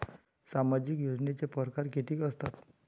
सामाजिक योजनेचे परकार कितीक असतात?